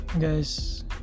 guys